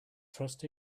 trust